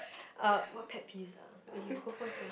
uh what pet peeves ah eh you go first leh